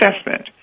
Assessment